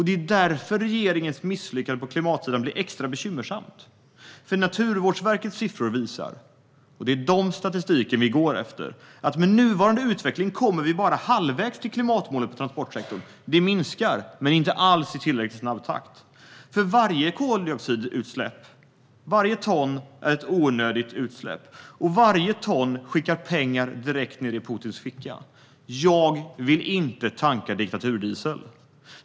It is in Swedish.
Det är därför regeringens misslyckande på klimatsidan blir extra bekymmersamt. Naturvårdsverkets siffror visar - och det är den statistiken vi går efter - att vi med nuvarande utveckling bara kommer halvvägs till klimatmålet för transportsektorn. Vi minskar utsläppen, men inte alls i tillräckligt snabb takt. Varje ton koldioxid som släpps ut är ett onödigt utsläpp. Och varje ton skickar pengar direkt ned i Putins ficka. Jag vill inte tanka diktaturdiesel.